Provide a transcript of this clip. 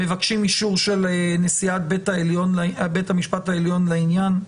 מבקשים אישור של נשיאת בית המשפט העליון לעניין.